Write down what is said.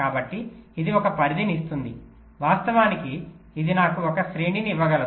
కాబట్టి ఇది ఒక పరిధిని ఇస్తుంది వాస్తవానికి ఇది నాకు ఒక శ్రేణిని ఇవ్వగలదు